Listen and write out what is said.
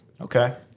Okay